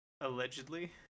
Allegedly